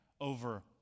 over